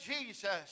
Jesus